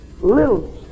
Little